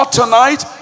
tonight